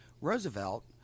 Roosevelt